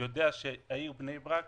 יודע שהעיר בני ברק